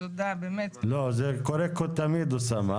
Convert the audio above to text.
זה קורה תמיד, אוסאמה.